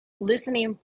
listening